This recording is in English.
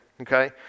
okay